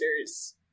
users